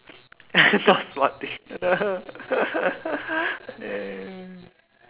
smart thing oh no oh no